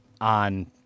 on